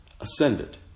ascended